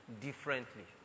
differently